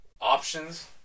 options